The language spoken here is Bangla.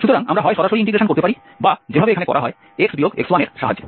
সুতরাং আমরা হয় সরাসরি ইন্টিগ্রেশন করতে পারি বা যেভাবে এখানে করা হয় x x1 এর সাহায্যে